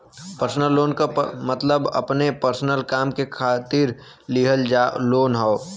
personal loan क मतलब अपने पर्सनल काम के खातिर लिहल लोन हौ